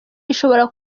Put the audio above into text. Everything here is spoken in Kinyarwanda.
ishobora